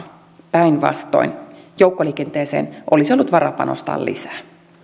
päinvastoin joukkoliikenteeseen olisi ollut varaa panostaa lisää